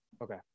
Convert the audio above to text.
Okay